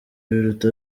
biruta